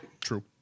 true